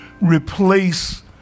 replace